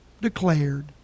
declared